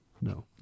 No